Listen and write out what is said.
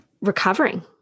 recovering